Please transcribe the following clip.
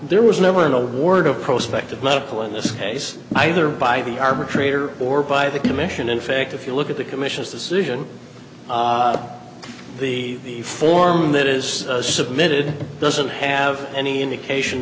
there was never an award of prospect of medical in this case either by the arbitrator or by the commission in fact if you look at the commission's decision the form that is submitted doesn't have any indication